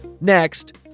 Next